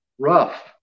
Rough